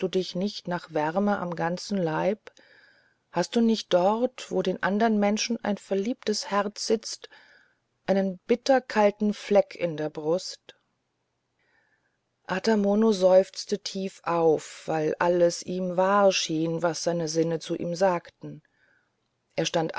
nicht nach wärme am ganzen leib und hast du nicht dort wo den andern menschen ein verliebtes herz sitzt einen bitterkalten fleck in der brust ata mono seufzte tief auf weil alles ihm wahr schien was seine sinne zu ihm sagten er stand